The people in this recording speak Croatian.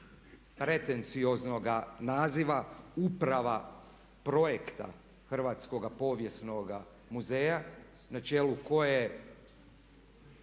pretencioznoga naziva uprava projekta Hrvatskoga povijesnoga muzeja na čelu koje